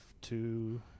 two